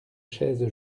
chaises